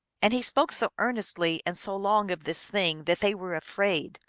and he spoke so earnestly and so long of this thing that they were afraid,